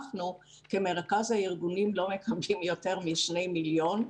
אנחנו כמרכז הארגונים לא מקבלים יותר מ-2 מיליון שקל,